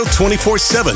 24-7